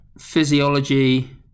physiology